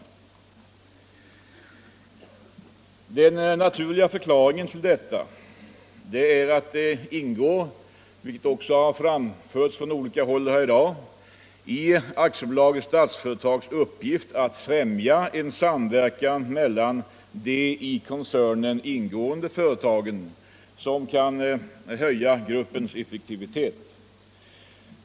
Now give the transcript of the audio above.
Den naturliga förklaringen till detta är att det ingår i Statsföretag AB:s uppgift att främja en samverkan mellan de i koncernen ingående företagen som kan höja gruppens effektivitet.